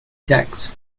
texts